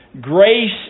Grace